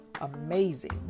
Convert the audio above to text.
amazing